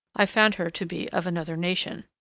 i found her to be of another nation.